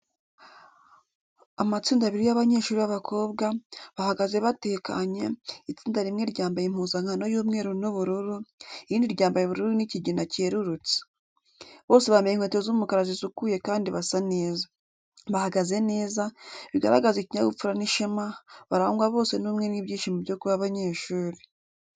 Amatsinda abiri y’abanyeshuri b’abakobwa, bahagaze batekanye, itsinda rimwe ryambaye impuzankano y’umweru n’ubururu, irindi ryambaye ubururu n’ikigina cyerurutse. Bose bambaye inkweto z’umukara zisukuye kandi basa neza. Bahagaze neza, bigaragaza ikinyabupfura n’ishema, barangwa bose n’ubumwe n’ibyishimo byo kuba abanyeshuri.